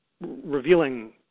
revealing